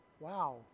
Wow